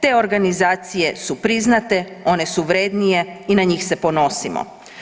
Te organizacije su priznate, one su vrednije i na njih se ponosimo.